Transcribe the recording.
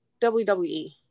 wwe